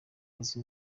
azwi